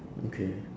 okay